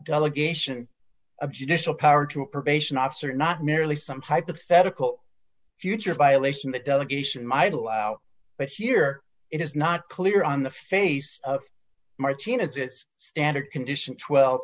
delegation of judicial power to a probation officer not merely some hypothetical future violation that delegation might allow but here it is not clear on the face of martinez it's standard condition twelve